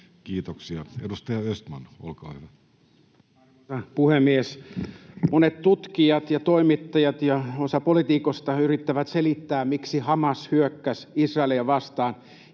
Time: 10:30 Content: Arvoisa puhemies! Monet tutkijat ja toimittajat ja osa poliitikoista yrittävät selittää, miksi Hamas hyökkäsi Israelia vastaan